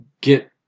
get